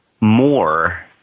more